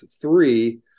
three